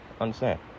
Understand